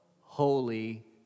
Holy